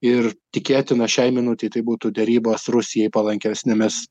ir tikėtina šiai minutei tai būtų derybos rusijai palankesnėmis